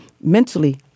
mentally